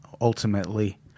ultimately